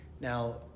Now